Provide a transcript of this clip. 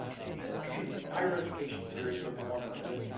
a higher education series of the one hundred,